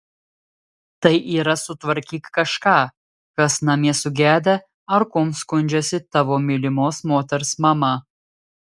tai yra sutvarkyk kažką kas namie sugedę ar kuom skundžiasi tavo mylimos moters mama